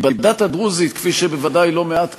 כי בדת הדרוזית, כפי שבוודאי לא מעט